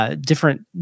different